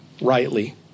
rightly